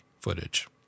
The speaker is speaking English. footage